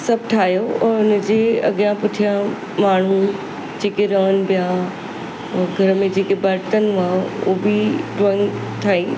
सभु ठाहियो ऐं हुन जी अॻियां पुठियां माण्हू जेके रहनि पिया ऐं घर में जेके बर्तनु हुआ उहो बि ड्रॉइंग ठाही